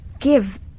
give